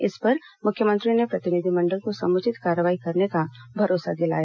इस पर मुख्यमंत्री ने प्रतिनिधिमंडल को समुचित कार्रवाई करने का भरोसा दिलाया